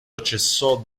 cessò